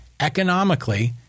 economically